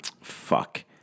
Fuck